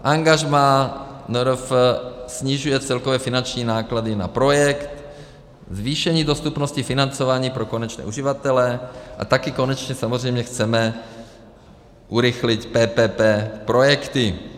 Angažmá NRF snižuje celkové finanční náklady na projekt, zvýšení dostupnosti financování pro konečné uživatele, a také konečně samozřejmě chceme urychlit PPP projekty.